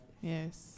Yes